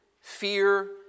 fear